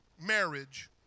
Marriage